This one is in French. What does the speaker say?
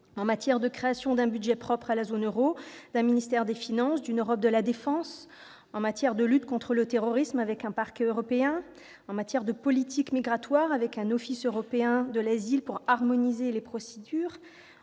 en matière de création d'un budget propre à la zone euro, d'un ministère des finances, d'une Europe de la défense, de lutte contre le terrorisme avec un parquet européen, de politique migratoire avec un office européen de l'asile pour harmoniser les procédures,